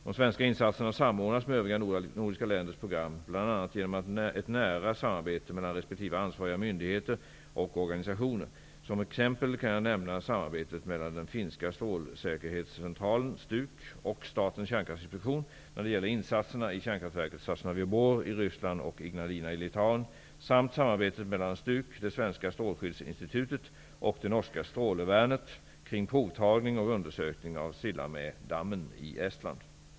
De svenska insatserna samordnas med övriga nordiska länders program bl.a. genom ett nära samarbete mellan resp. ansvariga myndigheter och organisationer. Som exempel kan jag nämna samarbetet mellan den finska strålsäkerhetscentralen och Statens kärnkraftsinspektion när det gäller insatserna i kärnkraftverket Sosnovyj Bor i Ryssland och Ignalina i Litauen samt samarbetet mellan STUK, det svenska strålskyddsinstitutet och det norska strålevaernet kring provtagning och undersökning av Sillamäedammen i Estland.